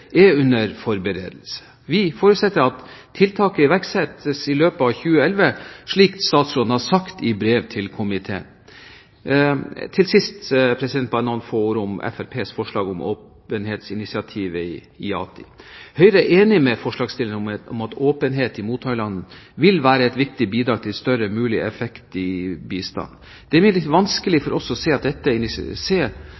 er under forberedelse. Vi forutsetter at tiltaket iverksettes i løpet av 2011, slik statsråden har sagt i brev til komiteen. Til sist – bare noen få ord om Fremskrittspartiets forslag om åpenhetsinitiativet, IATI: Høyre er enig med forslagsstillerne om at åpenhet i mottakerlandet vil være et viktig bidrag til størst mulig effekt i bistanden. Det er imidlertid vanskelig